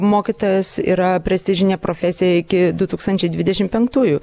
mokytojas yra prestižinė profesija iki du tūkstančiai dvidešimt penktųjų